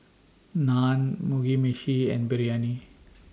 Naan Mugi Meshi and Biryani